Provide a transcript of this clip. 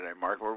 Mark